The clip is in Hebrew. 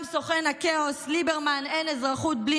גם סוכן הכאוס ליברמן "אין אזרחות בלי